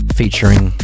featuring